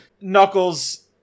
Knuckles